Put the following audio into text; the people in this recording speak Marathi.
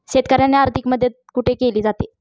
शेतकऱ्यांना आर्थिक मदत कुठे केली जाते?